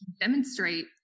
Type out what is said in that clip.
demonstrate